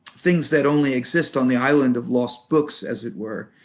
things that only exist on the island of lost books, as it were